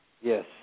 Yes